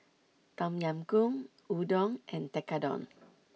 Tom Yam Goong Udon and Tekkadon